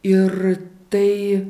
ir tai